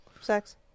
Sex